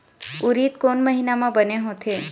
उरीद कोन महीना म बने होथे?